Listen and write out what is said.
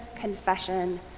confession